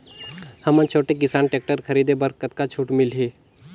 हमन छोटे किसान टेक्टर खरीदे बर कतका छूट मिलही?